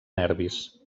nervis